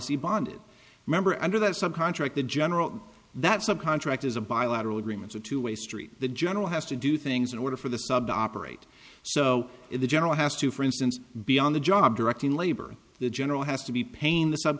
see bonded member under that sub contract in general that subcontract is a bilateral agreements a two way street the general has to do things in order for the sub to operate so if the general has to for instance be on the job directing labor the general has to be payne the sub